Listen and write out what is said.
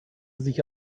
sich